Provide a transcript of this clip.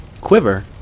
Quiver